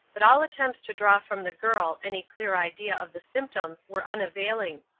but all attempts to draw from the girl any clear idea of the symptoms were unavailing.